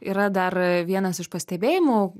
yra dar vienas iš pastebėjimų